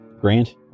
Grant